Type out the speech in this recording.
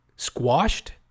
Squashed